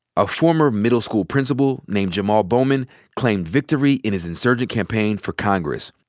a former middle school principal named jamaal bowman claimed victory in his insurgent campaign for congress.